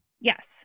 yes